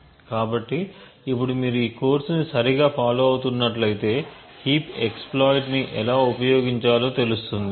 కాబట్టి ఇప్పుడు మీరు ఈ కోర్సు ని సరిగా ఫాలో అవుతున్నట్లు అయితే హీప్ ఎక్స్ ప్లాయిట్ ని ఎలా ఉపయోగించాలో తెలుస్తుంది